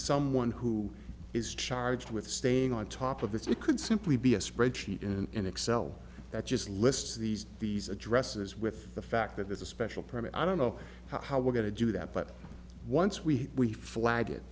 someone who is charged with staying on top of this it could simply be a spreadsheet in an excel that just lists these these addresses with the fact that there's a special permit i don't know how we're going to do that but once we flag it